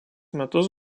metus